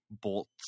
bolts